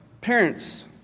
Parents